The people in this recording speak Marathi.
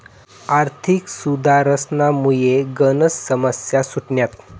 आर्थिक सुधारसनामुये गनच समस्या सुटण्यात